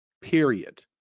period